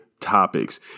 topics